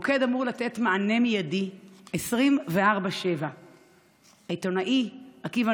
המוקד אמור לתת מענה מיידי 24/7. העיתונאי עקיבא